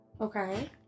Okay